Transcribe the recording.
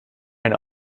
ein